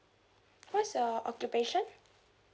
what's your occupation